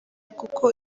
kuko